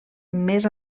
més